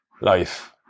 life